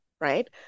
right